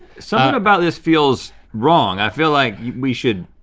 so about this feels wrong. i feel like we should,